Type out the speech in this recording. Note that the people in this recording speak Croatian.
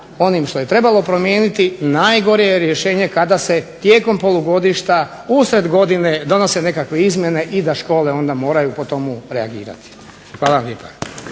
onim što je trebalo promijeniti. Najgore rješenje kada se tijekom polugodišta, usred godine donose nekakve izmjene i da škole po tom onda moraju reagirati. Hvala vam lijepa.